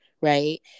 right